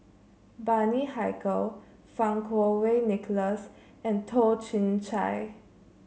Bani Haykal Fang Kuo Wei Nicholas and Toh Chin Chye